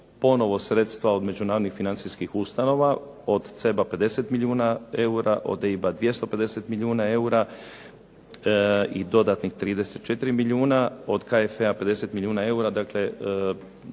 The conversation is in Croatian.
ponovno sredstva od međunarodnih financijskih ustanova, od CEB-a 50 milijuna eura, od EIB-a 250 milijuna eura i dodatnih 34 milijuna, od …/Govornik se ne razumije./…